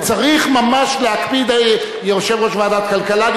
צריך ממש להקפיד יושב-ראש ועדת הכלכלה,